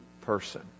person